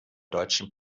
deutschen